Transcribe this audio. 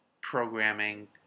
programming